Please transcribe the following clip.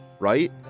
right